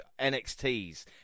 NXT's